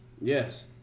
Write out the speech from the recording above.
Yes